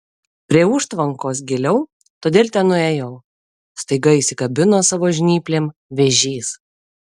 prie užtvankos giliau todėl ten nuėjau staiga įsikabino savo žnyplėm vėžys